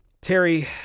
Terry